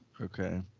Okay